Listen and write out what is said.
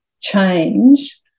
change